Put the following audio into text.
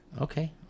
Okay